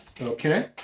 okay